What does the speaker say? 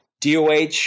DOH